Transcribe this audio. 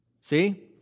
See